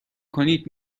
کنید